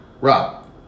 Rob